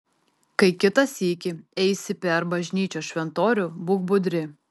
kai kitą sykį eisi per bažnyčios šventorių būk budri